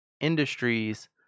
Industries